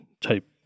type